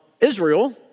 Israel